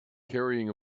carrying